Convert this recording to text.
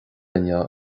inniu